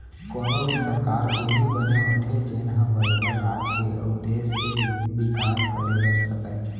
कोनो भी सरकार उही बने होथे जेनहा बरोबर राज के अउ देस के बिकास कर सकय